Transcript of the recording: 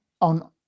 on